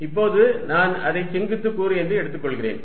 இப்போது நான் அதை செங்குத்து கூறு என்று எடுத்துக்கொள்கிறேன்